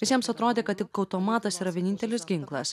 visiems atrodė kad tik automatas yra vienintelis ginklas